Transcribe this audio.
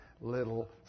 little